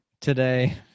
today